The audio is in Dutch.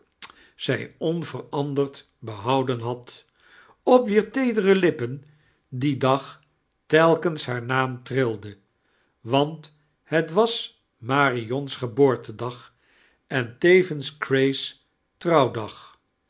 zij onveranderd behouden had op wier teedere lippen dien dag teilikiems haar naam trildeu wanit het was marion's geboortedag en tevens grace's fcrouiwdag